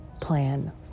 plan